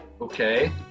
Okay